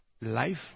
life